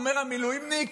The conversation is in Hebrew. אומר המילואימניק: